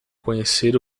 conhecer